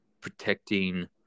protecting